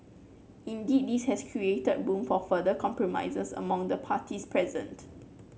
indeed this has created room for further compromises among the parties present